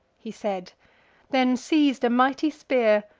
he said then seiz'd a mighty spear,